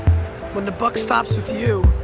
when the buck stops with you